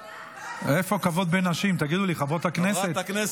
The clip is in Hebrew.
איפה כבוד בין נשים, תגידו לי, חברות הכנסת?